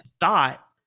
Thought